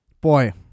boy